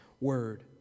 Word